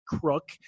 Crook